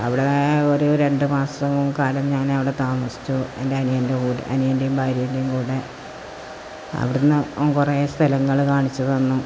അവിടെ ഒരു രണ്ടു മാസം കാലം ഞാനവിടെ താമസിച്ചു എൻറ്റനിയൻ്റെ എൻറ്റനിയൻറ്റെം ഭാര്യയുടെയും കൂടെ അവിടുന്ന് അവൻ കുറേ സ്ഥലങ്ങള് കാണിച്ചുതന്നു